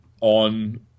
on